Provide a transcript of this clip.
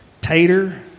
tater